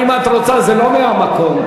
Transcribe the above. זה לא מהמקום.